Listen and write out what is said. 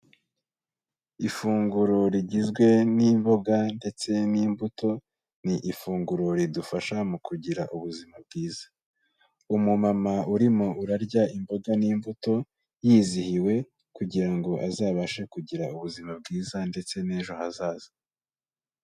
Ifunguro rigizwe n'imboga ndetse n'imbuto, ni ifunguro ridufasha mu kugira ubuzima bwiza. Umumama urimo urarya imboga n'imbuto yizihiwe kugira ngo azabashe kugira ubuzima bwiza ndetse n'ejo hazaza.